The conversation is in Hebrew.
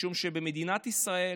משום שבמדינת ישראל